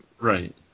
right